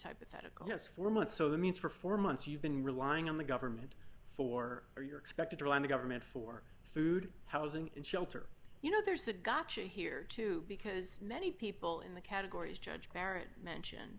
hypothetical house for a month so that means for four months you've been relying on the government for or you're expected to rely on the government for food housing and shelter you know there's a gotcha here too because many people in the categories judge karen mentioned